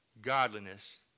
godliness